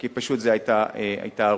כי פשוט זו היתה הרוח.